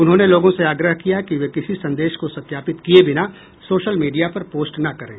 उन्होंने लोगों से आग्रह किया कि वे किसी संदेश को सत्यापित किये बिना सोशल मीडिया पर पोस्ट ना करें